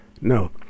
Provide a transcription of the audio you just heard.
No